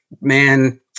man